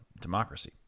democracy